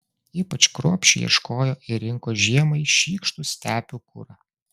ypač kruopščiai ieškojo ir rinko žiemai šykštų stepių kurą